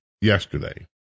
yesterday